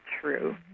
true